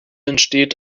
entsteht